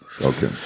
Okay